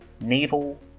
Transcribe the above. Naval